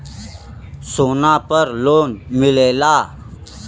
सोना पर लोन मिलेला?